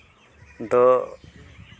ᱫᱚ